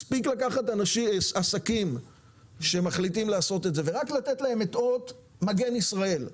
מספיק לקחת עסקים שמחליטים לעשות את זה ורק לתת להם את אות מגן ישראל,